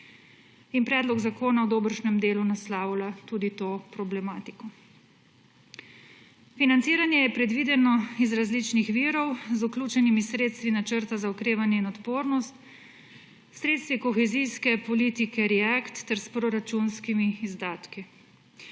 In predlog zakona o dobršnem delu naslavlja tudi to problematiko. Financiranje je predvideno iz različnih virov, z vključenimi sredstvi Načrta za okrevanje in odpornost, sredstvi kohezijske politike React ter s proračunskimi izdatki.